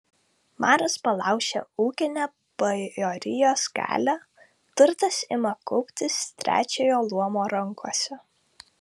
maras palaužia ūkinę bajorijos galią turtas ima kauptis trečiojo luomo rankose